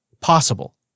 possible